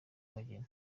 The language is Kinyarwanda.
abageni